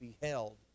beheld